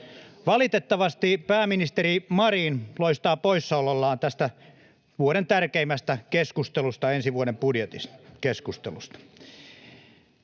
Valitettavasti pääministeri Marin loistaa poissaolollaan tästä vuoden tärkeimmästä keskustelusta ensi vuoden budjetista.